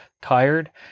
Tired